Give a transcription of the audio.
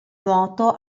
nuoto